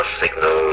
signal